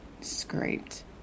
scraped